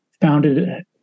founded